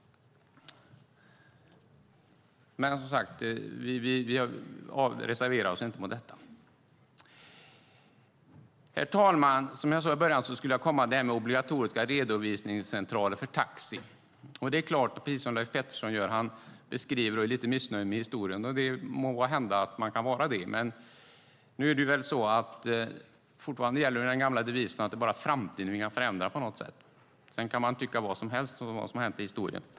Men vi reserverar oss som sagt inte mot detta. Herr talman! Som jag sade i början ska jag gå in på frågan om obligatoriska redovisningscentraler för taxi. Leif Pettersson beskriver historien och är lite missnöjd, och det kan man måhända vara. Men fortfarande gäller den gamla devisen att det bara är framtiden som vi kan förändra. Sedan kan man tycka vad som helst om vad som har hänt i historien.